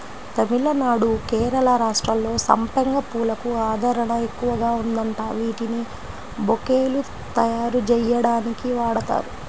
తమిళనాడు, కేరళ రాష్ట్రాల్లో సంపెంగ పూలకు ఆదరణ ఎక్కువగా ఉందంట, వీటిని బొకేలు తయ్యారుజెయ్యడానికి వాడతారు